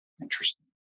interesting